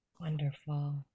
Wonderful